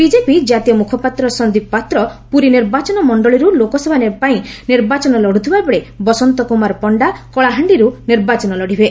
BJP ଜାତୀୟ ମ୍ରଖପାତ୍ର ସନ୍ଦୀପ୍ ପାତ୍ର ପ୍ରରୀ ନିର୍ବାଚନ ମଣ୍ଡଳୀରୁ ଲୋକସଭା ପାଇଁ ନିର୍ବାଚନ ଲଢ଼ୁଥିବାବେଳେ ବସନ୍ତ କୁମାର ପଣ୍ଡା କଳାହାଣ୍ଡିର୍ ନିର୍ବାଚନ ଲଢ଼ିବେ